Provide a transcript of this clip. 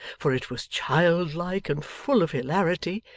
for it was childlike and full of hilarity,